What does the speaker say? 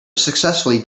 successfully